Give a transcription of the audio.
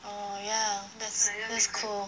oh yeah that's that's cool